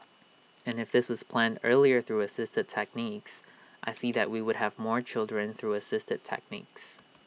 and if this was planned earlier through assisted techniques I see that we would have more children through assisted techniques